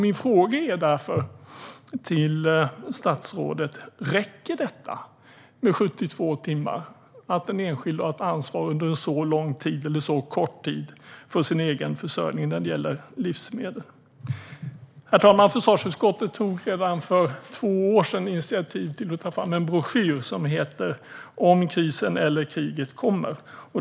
Min fråga till statsrådet är därför: Räcker det att den enskilde har ansvar för sin egen livsmedelsförsörjning under en så kort tid som 72 timmar? Herr talman! Försvarsutskottet tog redan för två år sedan initiativ till att ta fram en broschyr som heter Om krisen eller kriget kommer .